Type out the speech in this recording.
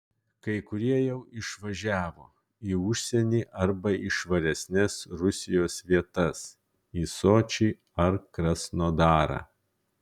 kai kurie jau išvažiavo į užsienį arba į švaresnes rusijos vietas į sočį ar krasnodarą